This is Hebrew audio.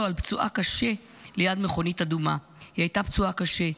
על פצועה קשה ליד מכונית אדומה --- היא הייתה פצועה קשה.